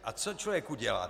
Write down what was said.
A co člověk udělá?